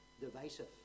divisive